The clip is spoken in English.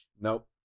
nope